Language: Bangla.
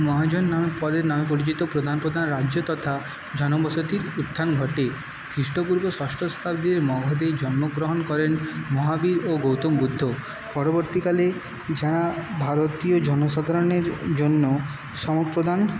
মহাজন নাম পদের নামে পরিচিত প্রধান প্রধান রাজ্য তথা জনবসতির উত্থান ঘটে খ্রিষ্টপূর্ব ষষ্ঠ শতাব্দীর মগধে জন্মগ্রহণ করেন মহাবীর ও গৌতম বুদ্ধ পরবর্তীকালে যারা ভারতীয় জনসাধারণের জন্য সম্প্রদান